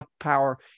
power